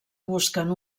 busquen